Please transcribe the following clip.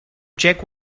check